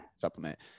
supplement